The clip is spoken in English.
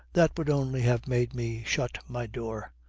that would only have made me shut my door.